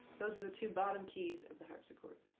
those are the two bottom keys of the harpsichord.